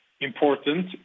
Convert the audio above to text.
important